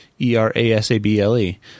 E-R-A-S-A-B-L-E